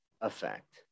effect